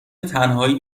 تنهایی